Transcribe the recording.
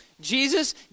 Jesus